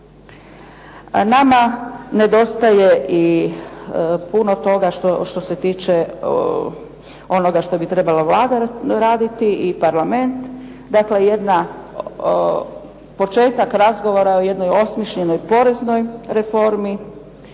Nama nedostaje i puno toga što se tiče onoga što bi trebala Vlada raditi i parlament, dakle početak razgovora o jednoj osmišljenoj poreznoj reformi,